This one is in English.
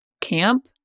camp